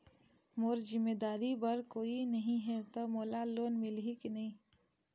मोर जिम्मेदारी बर कोई नहीं हे त मोला लोन मिलही की नहीं?